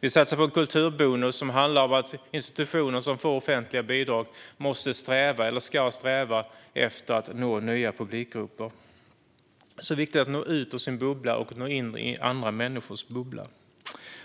Vi satsar på kulturbonus som handlar om att institutioner som får offentliga bidrag ska sträva efter att nå nya publikgrupper. Det är så viktigt att nå ut ur sin bubbla och in i andra människors bubblor.